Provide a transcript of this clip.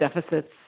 deficits